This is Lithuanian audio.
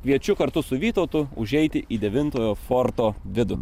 kviečiu kartu su vytautu užeiti į devintojo forto vidų